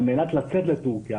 על מנת לצאת לטורקיה,